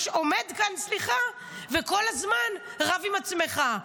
עומד כאן, וכל הזמן רב עם עצמך.